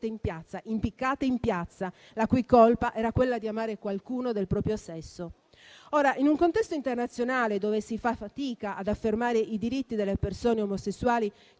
persone impiccate in piazza, la cui colpa era quella di amare qualcuno del proprio sesso. In un contesto internazionale dove si fa fatica ad affermare i diritti delle persone omosessuali,